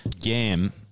game